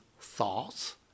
thoughts